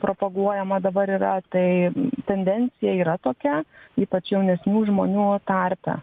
propaguojamą dabar yra tai tendencija yra tokia ypač jaunesnių žmonių tarpe